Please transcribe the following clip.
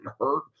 hurt